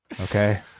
okay